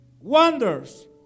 wonders